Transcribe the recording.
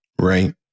Right